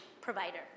provider